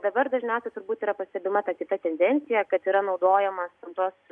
dabar dažniausiai turbūt yra pastebima ta kita tendencija kad yra naudojamos tos